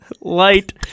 light